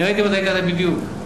אני ראיתי מתי הגעת, בדיוק.